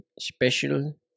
special